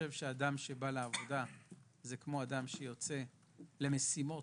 אדם שבא לעבודה זה כמו אדם שיוצא למשימות